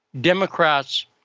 Democrats